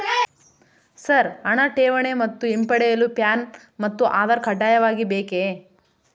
Sir ಹಣ ಠೇವಣಿ ಮತ್ತು ಹಿಂಪಡೆಯಲು ಪ್ಯಾನ್ ಮತ್ತು ಆಧಾರ್ ಕಡ್ಡಾಯವಾಗಿ ಬೇಕೆ?